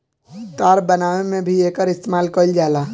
तार बनावे में भी एकर इस्तमाल कईल जाला